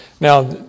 Now